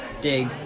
dig